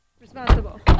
Responsible